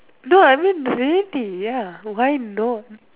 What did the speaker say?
no I mean reality ya why no